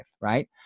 right